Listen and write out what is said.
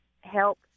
help